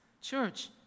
Church